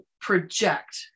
project